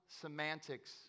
Semantics